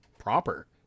proper